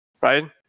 right